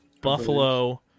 Buffalo